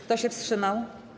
Kto się wstrzymał?